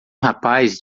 rapaz